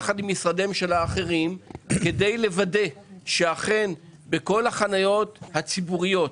יחד עם משרדי ממשלה אחרים כדי לוודא שאכן בכל החניות הציבוריות,